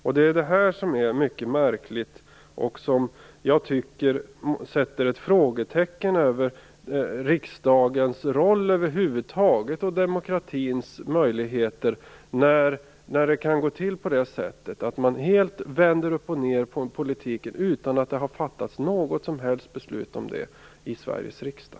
Jag tycker att detta är mycket märkligt. Det sätter ett frågetecken för riksdagens roll och för demokratins möjligheter över huvud taget när det kan gå till på det här sättet - att man helt vänder uppochned på en politik utan att det har fattats något som helst beslut om detta i Sveriges riksdag.